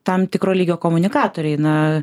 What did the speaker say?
tam tikro lygio komunikatoriai na